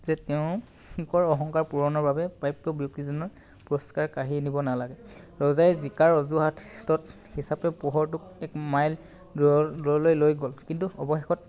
যে তেওঁলোকৰ অহংকাৰৰ পূৰণৰ বাবে প্ৰাপ্য ব্যক্তিজনক পুৰস্কাৰ কাঢ়ি আনিব নেলাগে ৰজাই জিকাৰ অজুহাতত হিচাপে পোহৰটোক এক মাইল দূৰলৈ লৈ গ'ল কিন্তু অৱশেষত